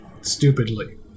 Stupidly